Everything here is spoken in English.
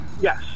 Yes